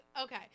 okay